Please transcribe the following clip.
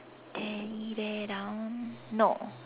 teddy bear down no